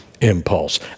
impulse